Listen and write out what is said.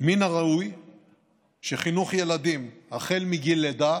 מן הראוי שחינוך ילדים מגיל לידה